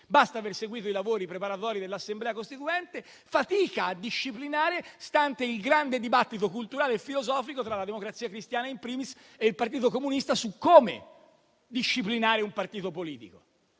basta aver seguito i lavori preparatori dell'Assemblea Costituente - fatica a disciplinare stante il grande dibattito culturale e filosofico tra la Democrazia Cristiana *in primis* e il Partito Comunista su come disciplinare un partito politico.